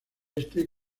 este